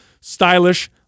stylish